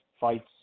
fights